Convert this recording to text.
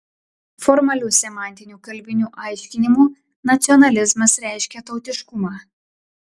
formaliu semantiniu kalbiniu aiškinimu nacionalizmas reiškia tautiškumą